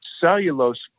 cellulose